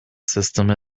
system